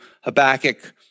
Habakkuk